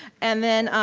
and then,